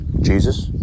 Jesus